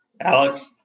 Alex